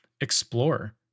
Explore